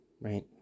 right